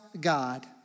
God